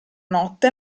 notte